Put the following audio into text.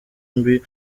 mbi